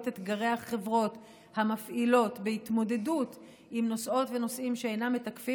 אתגרי החברות המפעילות בהתמודדות עם נוסעות ונוסעים שאינם מתקפים,